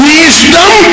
Wisdom